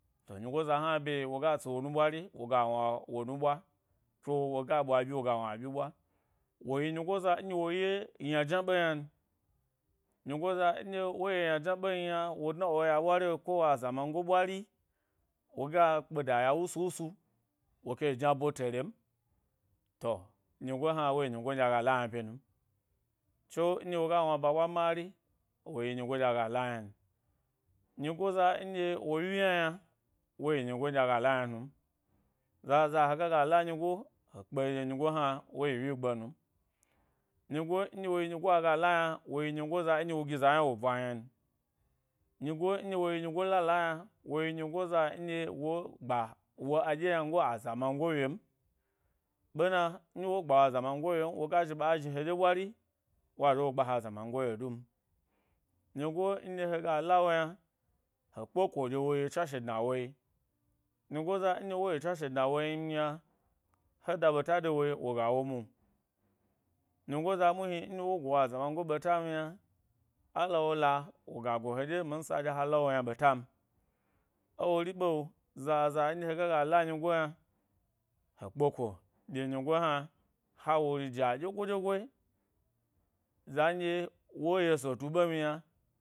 To nyigo hna bye woga tsi wo nu ɓwari woga wna woe nu ɓwa ko wo ga ɓwa eɓyi woga wna a byi ɓwa-woyi nyigo ndye wo ye yna jna ɓe ynan, nyigo za nɗye wo ye yna jna ɓe ynan, nyigo za nɗye wo ye yna jnam yna wo dua woya ɓwari’o ko wa azamango ɓwari woga kpeda ya wusu wusu woke jna bo terem to, nyi go hna wo yi nyigo nɗye aga la yna hye num. Tso, nɗye woga wnaba ɓwa mari, woyi nyigo nɗye aga la ynan. Nyigo za nɗye wo wyi yna yna woyi nyigo nɗye aga la yna num, zaza hega ga la nyigo he kpe ɗye nyigo hna woyi wyigbe num nyigo nɗye woyi nyigo nɗye aga lonya wo nyigo za nɗye wo gi za yna wo bwa ynan, nyigo nɗye wo yi nyi go la la yna wo yi nyigoza nɗyo wo gba wo ɗye yangoe a za mango wyem, ɓena, nɗye wo gba wo aza mango wyem woga zhi ba zhi heɗye ɓbwari wa zhi wo gba he azamango wye dum. Ngigo nɗye hega la wo yna he kpe kô ɗye woyi tswashe dna woyi nyigoza nɗye wo yi tswashe dna wom yna he da ɓeta de woyi woya wo mwo, nyigoza muhni, nɗye wo go wo aza mango ɓetam yna, ala wo la woga go he ɗye minsa ndye ha la wo yna ɓetan. Ewori ɓe zaza nɗye hega ga lanyi go yna he kpeko ɗye nyi go hna ha wori ja dyegoi dyegoi zan ɗye wo yeso tu ɓem yna.